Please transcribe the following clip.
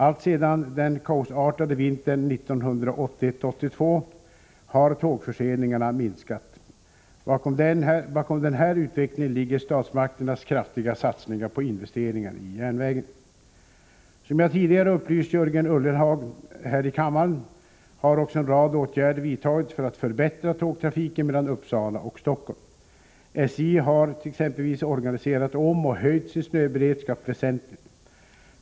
Alltsedan den kaosartade vintern 1981-1982 har tågförseningarna minskat. Bakom den här utvecklingen ligger statsmakternas kraftiga satsningar på investeringar i järnvägen. Som jag tidigare upplyst Jörgen Ullenhag här i kammaren har också en rad åtgärder vidtagits för att förbättra tågtrafiken mellan Uppsala och Stockholm. SJ har t.ex. organiserat om och höjt sin snöberedskap väsentligt.